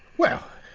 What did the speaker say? well,